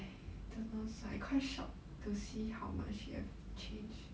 don't know sia I quite shocked to see how much he have changed